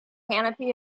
canopy